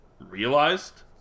realized